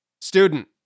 Student